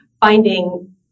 Finding